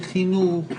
בחינוך.